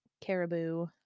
Caribou